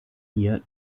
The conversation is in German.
hier